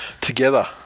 Together